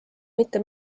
mitte